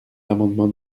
l’amendement